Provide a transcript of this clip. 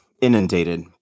inundated